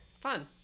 fun